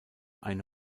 eine